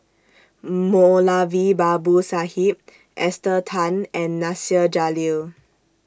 Moulavi Babu Sahib Esther Tan and Nasir Jalil